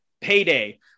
payday